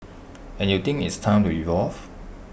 and you think it's time to evolve